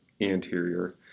anterior